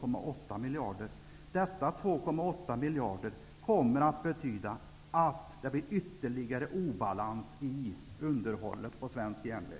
miljarder. Dessa 2,8 miljarder kommer att medföra ytterligare obalans när det gäller underhållet av svensk järnväg.